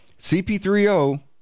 CP3O